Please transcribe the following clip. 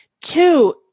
two